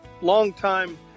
longtime